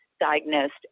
diagnosed